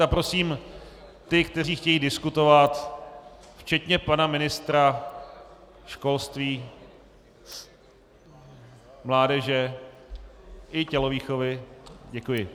A prosím ty, kteří chtějí diskutovat, včetně pana ministra školství, mládeže i tělovýchovy děkuji.